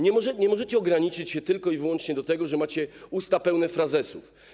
Nie możecie ograniczyć się tylko i wyłącznie do tego, że macie usta pełne frazesów.